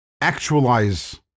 actualize